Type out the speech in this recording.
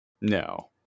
No